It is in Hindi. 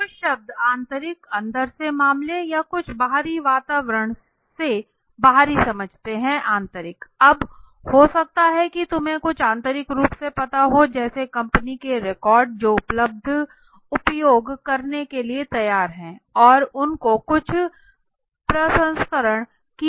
आप शब्द आंतरिक अंदर से मामले या कुछ बाहरी वातावरण से बाहरी समझते है आंतरिक अब हो सकता है कि तुम्हें कुछ आंतरिक रूप से पता हो जैसे कंपनियों के रिकॉर्ड जो उपलब्ध उपयोग करने के लिए तैयार है और इन को कुछ प्रसंस्करण की आवश्यकता है